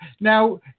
now